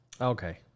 Okay